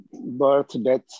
birth-death